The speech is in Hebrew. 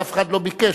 אבל אף אחד לא ביקש,